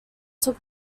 took